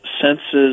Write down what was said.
senses